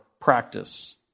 practice